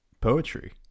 Poetry